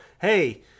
hey